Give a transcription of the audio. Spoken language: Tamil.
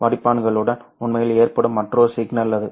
வடிப்பான்களுடன் உண்மையில் ஏற்படும் மற்றொரு சிக்கல் அது